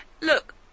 Look